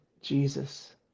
Jesus